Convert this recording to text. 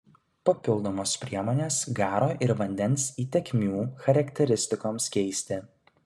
papildomos priemonės garo ir vandens įtekmių charakteristikoms keisti